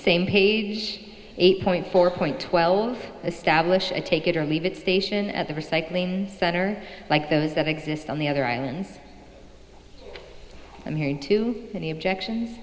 same page eight point four point twelve establish a take it or leave it station at the recycling center like those that exist on the other islands i'm hearing too many objections